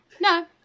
No